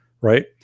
right